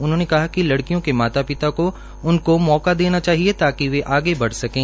उन्होंने कहा कि लड़कियों के माता पिता को उनको मौका देना चाहिए ताकि वे आगे बढ़कर सकें